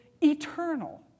eternal